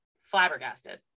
flabbergasted